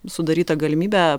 sudaryta galimybė